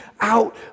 out